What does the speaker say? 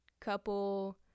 couple